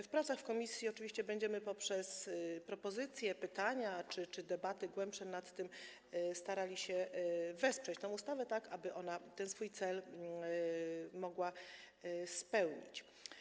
W pracach w komisji oczywiście będziemy poprzez propozycje, pytania czy głębsze debaty nad tym starali się wesprzeć tę ustawę, tak aby ona ten swój cel mogła spełnić.